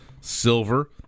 silver